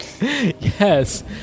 yes